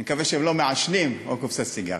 אני מקווה שהם לא מעשנים, או שזה קופסת סיגריות.